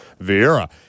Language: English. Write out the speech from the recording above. Vieira